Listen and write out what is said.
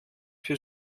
für